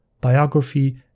biography